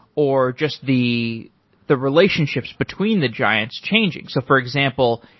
or just the the relationships between the giants changing. so for example,